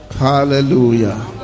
Hallelujah